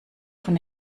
von